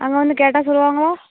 அங்கே வந்து கேட்டால் சொல்வாங்களா